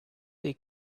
they